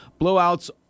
Blowouts